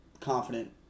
confident